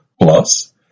Plus